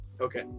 okay